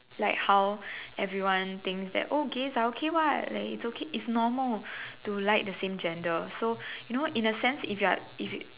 like how everyone thinks that oh gays are okay [what] like it's okay it's normal to like the same gender so you know in a sense if you are if you